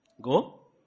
Go